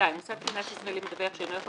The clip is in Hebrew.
מוסד פיננסי ישראלי מדווח שאינו יכול